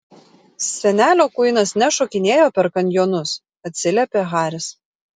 senelio kuinas nešokinėjo per kanjonus atsiliepė haris